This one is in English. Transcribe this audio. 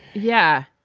yeah,